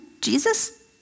Jesus